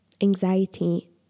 anxiety